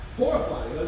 horrifying